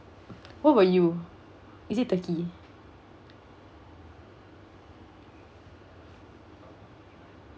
what about you is it turkey